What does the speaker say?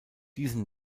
diese